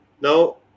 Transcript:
now